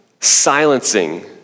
silencing